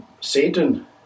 Satan